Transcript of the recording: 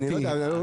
לא יודע,